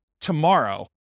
tomorrow